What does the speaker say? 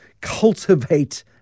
cultivate